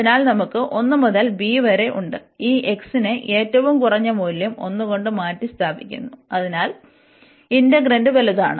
അതിനാൽ നമുക്ക് 1 മുതൽ b വരെ ഉണ്ട് ഈ x നെ ഏറ്റവും കുറഞ്ഞ മൂല്യം 1 കൊണ്ട് മാറ്റിസ്ഥാപിക്കുന്നു അതിനാൽ ഇന്റഗ്രന്റ് വലുതാണ്